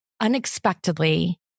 unexpectedly